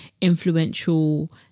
influential